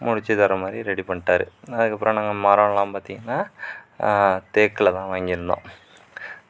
முடிச்சு தர மாதிரி ரெடி பண்ணிட்டார் அதுக்கப்புறம் நாங்கள் மரம்லாம் பார்த்தீங்கன்னா தேக்கில் தான் வாங்கிருந்தோம்